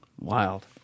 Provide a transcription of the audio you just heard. Wild